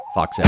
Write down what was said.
Fox